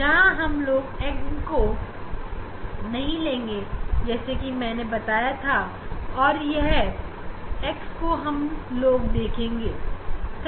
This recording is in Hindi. यहां N m x है और हम m का मूल्य जानते हैं जैसे कि मैंने आपको बताया कि हम इस x को नहीं ना पाएंगे